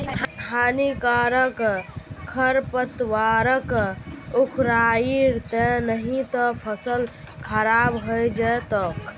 हानिकारक खरपतवारक उखड़इ दे नही त फसल खराब हइ जै तोक